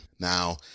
Now